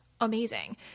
amazing